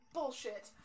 Bullshit